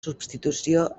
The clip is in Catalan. substitució